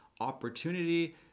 opportunity